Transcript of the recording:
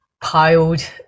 piled